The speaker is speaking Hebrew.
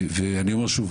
אני אומר שוב,